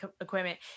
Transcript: equipment